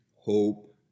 hope